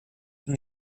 from